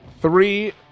three